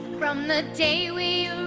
from the day we